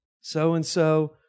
so-and-so